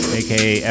aka